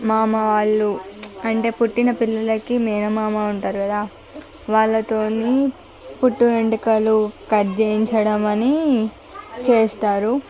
మామ వాళ్ళు అంటే పుట్టిన పిల్లలకి మేనమామ ఉంటారు కదా వాళ్ళతోని పుట్టు వెంట్రుకలు కట్ చేయించడం అని చేస్తారు